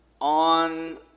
on